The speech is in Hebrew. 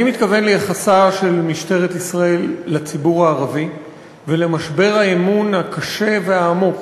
אני מתכוון ליחסה של משטרת ישראל לציבור הערבי ולמשבר האמון הקשה והעמוק